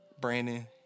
Brandon